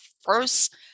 first